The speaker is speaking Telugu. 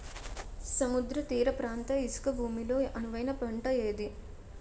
సముద్ర తీర ప్రాంత ఇసుక భూమి లో అనువైన పంట ఏది?